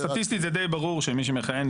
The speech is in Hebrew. סטטיסטית זה די ברור שמי שמכהן,